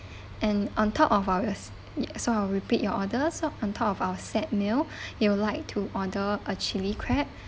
and on top of our us so I'll repeat your orders so on top of our set meal you would like to order a chili crab